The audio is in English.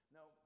Now